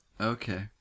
Okay